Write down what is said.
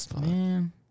Man